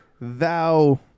Thou